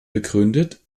begründet